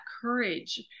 courage